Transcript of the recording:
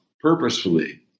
purposefully